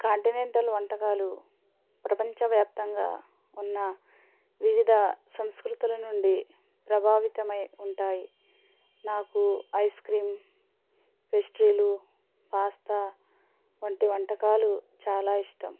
continental వంటకాలు ప్రపంచ వ్యాప్తంగా ఉన్న వివిధ సంస్కృతుల నుండి ప్రభావితమై ఉంటాయి నాకు ఐస్ క్రీమ్ పెస్ట్రీలు పాస్తా వంటి వంటకాలు చాలా ఇష్టం